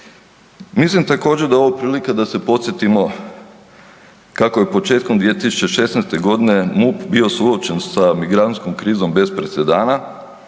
Mislim također da je ovo prilika da se podsjetimo kako je početkom 2016. godine MUP bio suočen sa migrantskom krizom bez presedana.